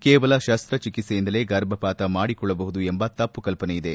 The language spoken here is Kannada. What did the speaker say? ಕೇವಲ ಶಸ್ತಚಿಕಿತ್ಸೆಯಿಂದಲೇ ಗರ್ಭಪಾತ ಮಾಡಿಕೊಳ್ಳಬಹುದು ಎಂಬ ತಪ್ಪು ಕಲ್ಪನೆ ಇದೆ